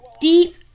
deep